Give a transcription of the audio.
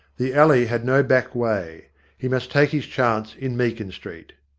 the alley had no back way he must take his chance in meakin street.